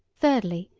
thirdly,